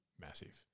Massive